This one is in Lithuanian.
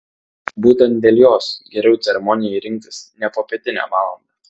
būtent dėl jos geriau ceremonijai rinktis ne popietinę valandą